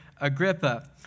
Agrippa